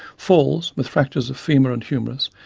falls with fractures of femur and humerus,